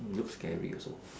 looks scary also